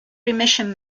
remission